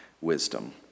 wisdom